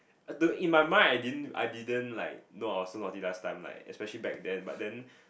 I don't in my mind I didn't I didn't like know I was so naughty last time like especially back then but then